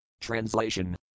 Translation